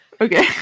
Okay